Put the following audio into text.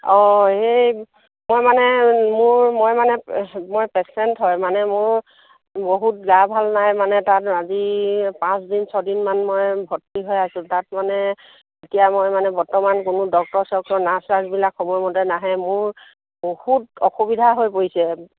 অঁ এই মই মানে মোৰ মই মানে মই পেচেণ্ট হয় মানে মোৰ বহুত গা ভাল নাই মানে তাত আজি পাঁচদিন ছদিনমান মই ভৰ্তি হৈ আছোঁ তাত মানে এতিয়া মই মানে বৰ্তমান কোনো ডক্টৰ চক্টৰ নাৰ্ছ চাৰ্ছবিলাক সময়মতে নাহে মোৰ বহুত অসুবিধা হৈ পৰিছে